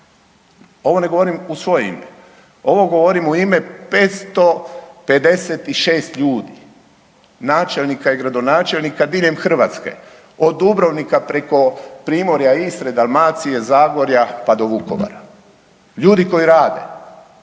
Ovo ne govorim u svoje ime. Ovo govorim u ime 556 ljudi, načelnika i gradonačelnika diljem Hrvatske, od Dubrovnika preko Primorja, Istre, Dalmacije, Zagorja pa do Vukovara. Ljudi koji rade.